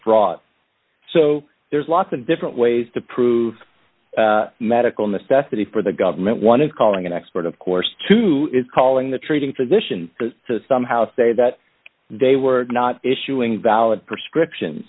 fraud so there's lots of different ways to prove medical necessity for the government one is calling an expert of course to do is calling the treating physician to somehow say that they were not issuing valid prescription